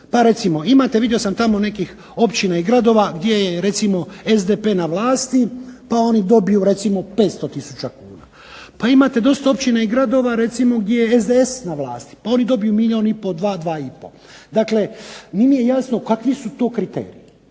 Pa recimo imate vidio sam tamo nekih općina i gradova gdje je recimo SDP na vlasti pa oni dobiju recimo 500 tisuća kuna. Pa imate dosta općina i gradova recimo gdje je SDSS na vlasti pa oni dobiju milijun i pol, dva, dva i pol. Dakle nije mi jasno kakvi su to kriteriji.